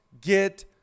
get